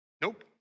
Nope